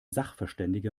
sachverständige